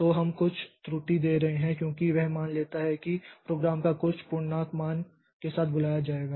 तो हम कुछ त्रुटि दे रहे हैं क्योंकि वह मान लेता है कि प्रोग्राम को कुछ पूर्णांक मान के साथ बुलाया जाएगा